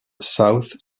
south